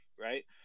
right